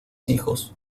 hijos